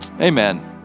Amen